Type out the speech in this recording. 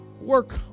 work